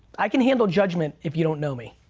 i can handle judgment if you don't know me.